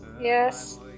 Yes